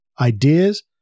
ideas